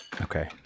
Okay